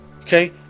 Okay